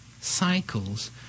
cycles –